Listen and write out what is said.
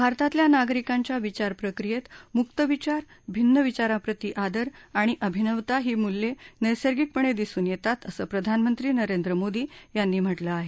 भारतातल्या नागरिकांच्या विचारप्रक्रियेत मुक्त विचार भिन्न विचारांप्रती आदर आणि अभिनवता ही मूल्य नैसर्गिकपणे दिसून येतात अस प्रधानमंत्री नरेंद्र मोदी यांनी म्हटलं आहेत